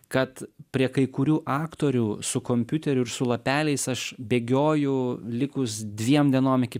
kad prie kai kurių aktorių su kompiuteriu ir su lapeliais aš bėgioju likus dviem dienom iki